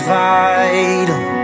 vital